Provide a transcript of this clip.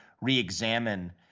re-examine